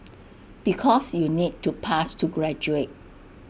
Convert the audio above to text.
because you need to pass to graduate